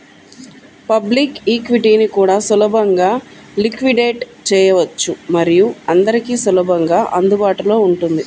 public ఈక్విటీని కూడా సులభంగా లిక్విడేట్ చేయవచ్చు మరియు అందరికీ సులభంగా అందుబాటులో ఉంటుంది